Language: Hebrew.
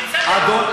אמסלם,